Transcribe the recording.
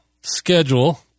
schedule